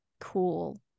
cool